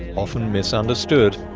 often misunderstood.